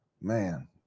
man